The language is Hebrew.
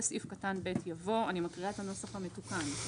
סעיף קטן (ב) יבוא: אני מקריאה את הנוסח המתוקן נכון?